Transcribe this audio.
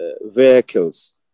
vehicles